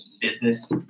business